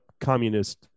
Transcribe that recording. communist